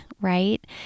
right